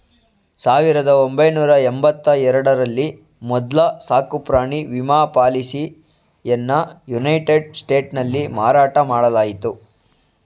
ಸಾವಿರದ ಒಂಬೈನೂರ ಎಂಬತ್ತ ಎರಡ ರಲ್ಲಿ ಮೊದ್ಲ ಸಾಕುಪ್ರಾಣಿ ವಿಮಾ ಪಾಲಿಸಿಯನ್ನಯುನೈಟೆಡ್ ಸ್ಟೇಟ್ಸ್ನಲ್ಲಿ ಮಾರಾಟ ಮಾಡಲಾಯಿತು